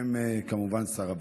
בשם שר הביטחון,